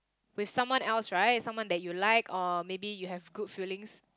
with someone else right someone that you like or maybe you have good feelings